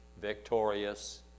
victorious